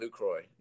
Lucroy